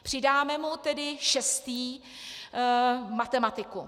Přidáme mu tedy šestý matematiku.